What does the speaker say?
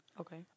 Okay